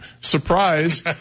surprise